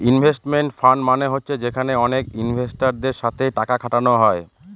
investment fund মানে হচ্ছে যেখানে অনেক ইনভেস্টারদের সাথে টাকা খাটানো হয়